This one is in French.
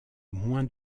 moins